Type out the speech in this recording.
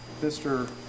Mr